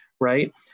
right